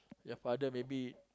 your father maybe